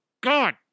God